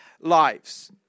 lives